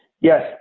yes